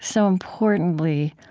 so importantly,